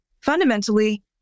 fundamentally